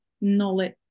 knowledge